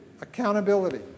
accountability